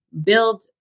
build